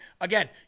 Again